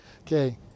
okay